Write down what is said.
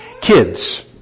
Kids